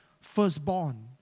firstborn